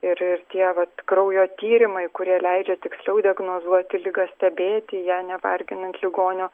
ir ir tie vat kraujo tyrimai kurie leidžia tiksliau diagnozuoti ligą stebėti ją nevarginant ligonio